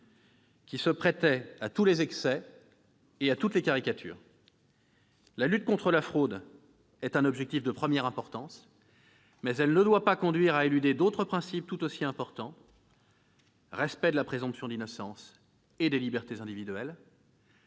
qui se prêtait à tous les excès et à toutes les caricatures. La lutte contre la fraude fiscale est un objectif de première importance, mais elle ne doit pas conduire à éluder d'autres principes tout aussi importants : respect de la présomption d'innocence et des libertés individuelles,